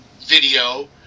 video